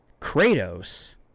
kratos